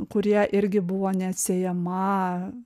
kurie irgi buvo neatsiejama